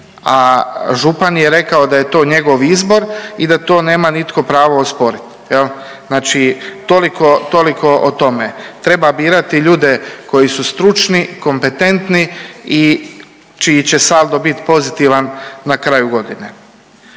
a župan je rekao da je to njegov izbor i da to nema nitko pravo osporit, jel, znači toliko, toliko o tome. Treba birati ljude koji su stručni, kompetentni i čiji će saldo bit pozitivan na kraju godine.